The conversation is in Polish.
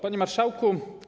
Panie Marszałku!